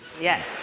Yes